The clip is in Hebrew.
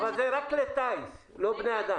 אבל זה רק כלי טיס, לא בני אדם.